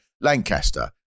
lancaster